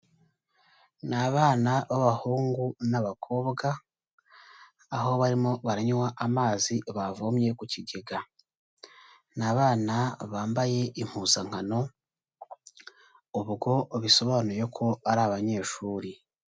Ni abana b'abahungu n'abakobwa aho barimo baranywa amazi bavomye ku kigega. Ni abana bambaye impuzankano ubwo bisobanuye ko ari abanyeshuri.